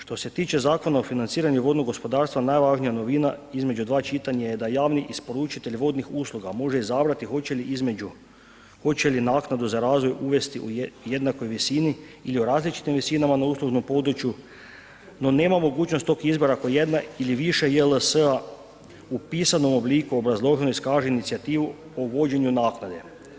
Što se tiče Zakona o financiranju vodnog gospodarstva, najvažnija novina između dva čitanja je da javni isporučitelj vodnih usluga može izabrati hoće li naknadu za razvoj uvesti u jednakoj visini ili u različitim visinama na uslužnom području no nema mogućnost tog izbora ako jedna ili više JLS-a u pisanom obliku obrazloženo iskaže inicijativu o vođenju naknade.